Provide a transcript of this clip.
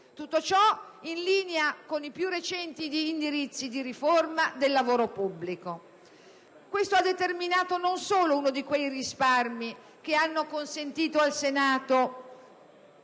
tutto ciò in linea con i più recenti indirizzi di riforma del lavoro pubblico. Questo ha determinato non solo uno di quei risparmi che hanno consentito al Senato